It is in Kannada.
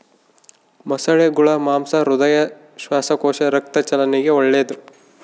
ಮೊಸಳೆಗುಳ ಮಾಂಸ ಹೃದಯ, ಶ್ವಾಸಕೋಶ, ರಕ್ತ ಚಲನೆಗೆ ಒಳ್ಳೆದು